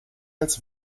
als